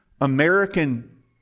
American